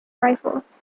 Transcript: rifles